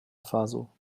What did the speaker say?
faso